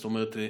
זאת אומרת,